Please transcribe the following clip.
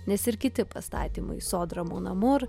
nes ir kiti pastatymai sodra muna mur